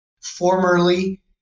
Formerly